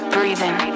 Breathing